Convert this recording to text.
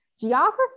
geography